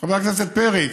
חבר הכנסת פרי,